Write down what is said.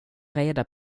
reda